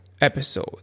episode